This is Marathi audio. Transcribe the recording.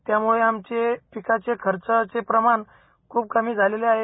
त्यामुळे आमचे पिकाचे खर्चाचे प्रमाण खूप कमी झालेले आहे